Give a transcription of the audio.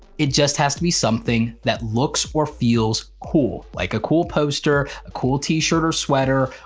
it just has to be something that looks or feels cool, like a cool poster, a cool t-shirt or sweater,